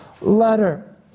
letter